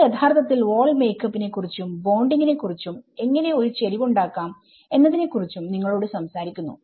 ഇത് യഥാർത്ഥത്തിൽ wall makeup നെ കുറിച്ചും ബോണ്ടിങ് നെ കുറിച്ചും എങ്ങനെ ഒരു ചെരിവ് ഉണ്ടാക്കാം എന്നതിനെ കുറിച്ചും നിങ്ങളോട് സംസാരിക്കുന്നു